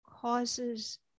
causes